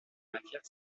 matière